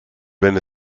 wenn